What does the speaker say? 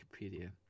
Wikipedia